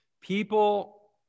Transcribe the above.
people